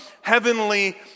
heavenly